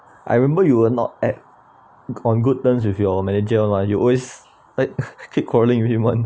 I remember you were not at on good terms with your manager like you always keep quarrelling with him [one]